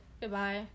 goodbye